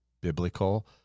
biblical